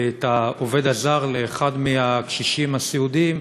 את העובד הזר לאחד מהקשישים הסיעודיים,